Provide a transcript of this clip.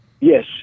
Yes